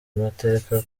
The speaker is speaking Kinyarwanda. amateka